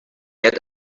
yet